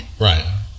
Right